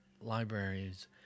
libraries